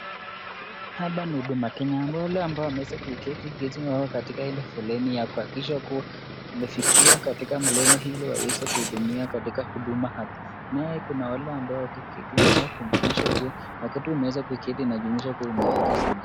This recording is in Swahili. Hapa ni huduma Kenya, ambao wale wameeza kuketi chini wako katika foleni yao kuhakikisha kuwa wamefikiwa katika mlengo, ili waweze kuhudumiwa katika huduma hapa, nao kuna wale ambao wako kitini ama kudumisha kuwa ,watu wameeza kuketi inamanisha kuwa umefika saa ngapi.